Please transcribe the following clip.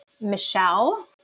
Michelle